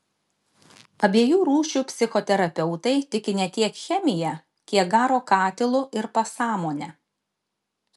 abiejų rūšių psichoterapeutai tiki ne tiek chemija kiek garo katilu ir pasąmone